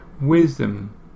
wisdom